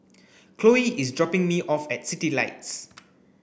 Cloe is dropping me off at Citylights